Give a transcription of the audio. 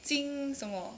今什么